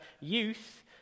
youth